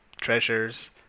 treasures